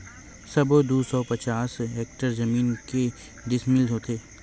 सबो दू सौ पचास हेक्टेयर जमीन के डिसमिल होथे?